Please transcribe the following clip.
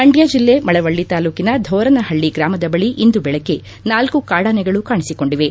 ಮಂಡ್ಯ ಜಿಲ್ಲೆ ಮಳವಳ್ಳಿ ತಾಲೂಕಿನ ಧೋರನಹಳ್ಳಿ ಗ್ರಾಮದ ಬಳಿ ಇಂದು ಬೆಳಗ್ಗೆ ನಾಲ್ಲು ಕಾಡಾನೆಗಳು ಕಾಣಿಸಿಕೊಂಡಿವೆ